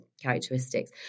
characteristics